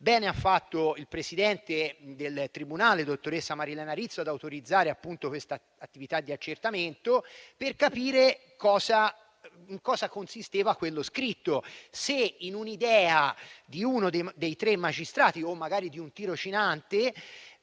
Bene ha fatto il presidente del tribunale, dottoressa Marilena Rizzo, ad autorizzare quest'attività di accertamento per capire in cosa consisteva quello scritto, se in un'idea di uno dei tre magistrati o magari di un tirocinante,